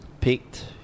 Picked